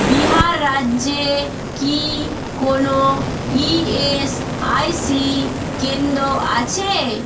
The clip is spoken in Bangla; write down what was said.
বিহার রাজ্যে কি কোনো ইএসআইসি কেন্দ্র আছে